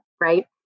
Right